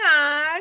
on